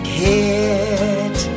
hit